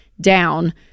down